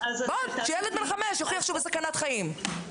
שילד בן 5 יוכיח שהוא בסכנת חיים.